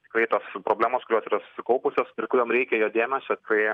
tikrai tos problemos kurios yra susikaupusios ir kuriom reikia jo dėmesio kai